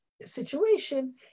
situation